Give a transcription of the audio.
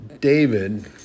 David